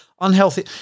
unhealthy